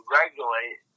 regulate